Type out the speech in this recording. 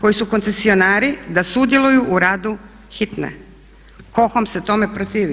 koji su koncesionari da sudjeluju u radu hitne, KOHOM se tome protivio.